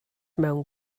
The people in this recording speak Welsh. mewn